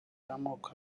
y’amoko